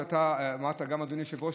אדוני היושב-ראש,